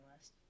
list